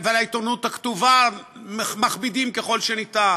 ועל העיתונות הכתובה מכבידים ככל שאפשר,